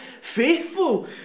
Faithful